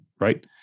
right